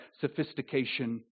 sophistication